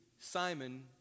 Simon